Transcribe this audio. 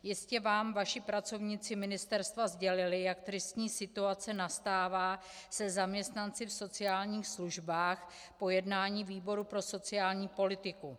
Jistě vám vaši pracovníci ministerstva sdělili, jak tristní situace nastává se zaměstnanci v sociálních službách, po jednání výboru pro sociální politiku.